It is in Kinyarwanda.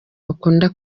bakunda